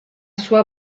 sua